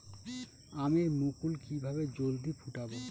আমের মুকুল কিভাবে জলদি ফুটাব?